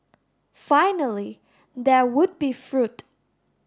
finally there would be fruit